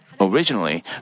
Originally